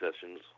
sessions